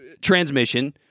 transmission